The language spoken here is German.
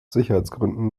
sicherheitsgründen